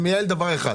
זה מייעל דבר אחד,